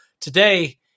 Today